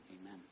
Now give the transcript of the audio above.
Amen